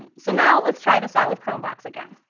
and so now let's try this out with chromevox again.